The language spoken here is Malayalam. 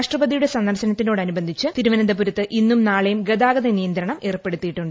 രാഷ്ട്രപതിയുടെ സന്ദർശനത്തോടനുബന്ധിച്ച് തിരുവനന്തപുരത്ത് ഇന്നും നാളെയും ഗതാഗത നിയന്ത്രണം ഏർപ്പെടുത്തിയിട്ടുണ്ട്